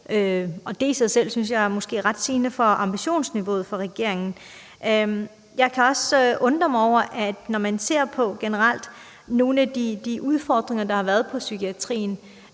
Det er i sig selv, synes jeg, måske ret sigende for ambitionsniveauet hos regeringen. Jeg kan også undre mig over, at når man ser på nogle af de udfordringer, der generelt har været i psykiatrien